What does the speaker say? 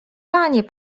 panie